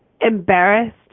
embarrassed